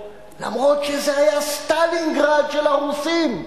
אף שזה היה סטלינגרד של הרוסים.